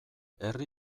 herri